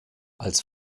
als